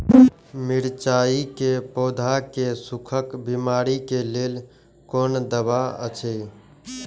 मिरचाई के पौधा के सुखक बिमारी के लेल कोन दवा अछि?